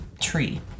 tree